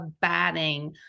batting